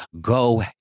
go